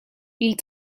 ils